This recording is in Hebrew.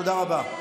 תודה רבה.